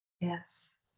Yes